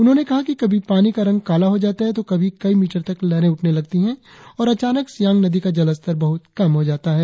उन्होंने कहा कि कभी पानी का रंग काला हो जाता है तो कभी कई मीटर तक लहरे उठने लगती है और अचानक सियांग नदी का जलस्तर बहुत कम हो जाता है